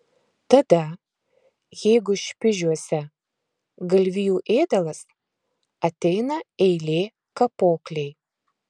tada jeigu špižiuose galvijų ėdalas ateina eilė kapoklei